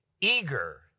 eager